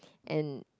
and